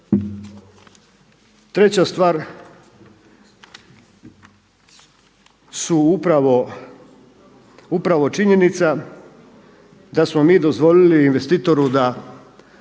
Treća stvar su upravo činjenica da smo mi dozvolili investitoru da